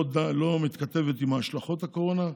לא מתכתבת עם השלכות הקורונה,